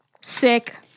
Sick